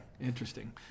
interesting